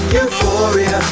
euphoria